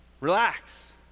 relax